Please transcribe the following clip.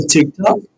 TikTok